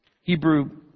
Hebrew